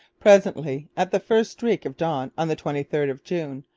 presently, at the first streak of dawn on the twenty third of june,